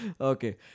Okay